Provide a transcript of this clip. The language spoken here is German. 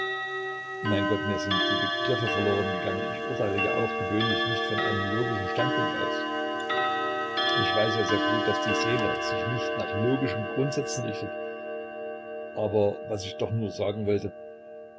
mein gott mir sind die begriffe verloren gegangen ich urteile ja auch gewöhnlich nicht von einem logischen standpunkt aus ich weiß ja sehr gut daß die seele sich nicht nach logischen grundsätzen richtet aber was ich doch nur sagen wollte